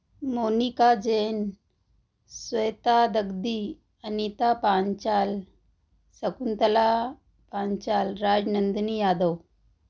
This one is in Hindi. मोनिका जैन श्वेता दग्दी अनीता पांचाल शकुंतला पांचाल राजनंदनी यादव